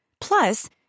Plus